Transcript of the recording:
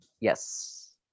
Yes